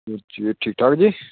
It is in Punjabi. ਠੀਕ ਠਾਕ ਜੀ